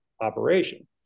operation